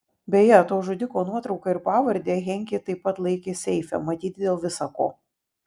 beje to žudiko nuotrauką ir pavardę henkė taip pat laikė seife matyt dėl visa ko